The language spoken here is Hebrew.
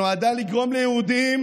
שנועדה לגרום ליהודים